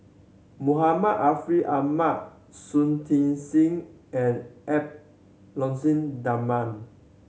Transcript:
Muhammad Ariff Ahmad Shui Tit Sing and Edwy Lyonet Talma